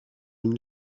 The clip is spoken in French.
une